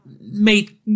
Mate